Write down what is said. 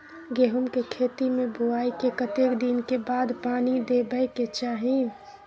गेहूँ के खेती मे बुआई के कतेक दिन के बाद पानी देबै के चाही?